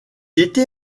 était